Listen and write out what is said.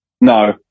No